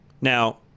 now